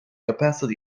opacity